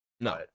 no